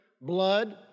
blood